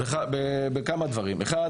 בכמה דברים: אחד,